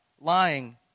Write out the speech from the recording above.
lying